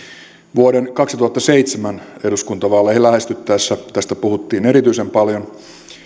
vuoden kaksituhattaseitsemän eduskuntavaaleja lähestyttäessä tästä puhuttiin erityisen paljon